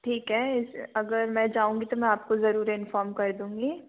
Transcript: ठीक है इस अगर मै जाऊँगी तो मैं आपको ज़रूर इनफ़ॉर्म कर दूँगी